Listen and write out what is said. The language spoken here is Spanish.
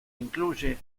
incluye